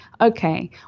okay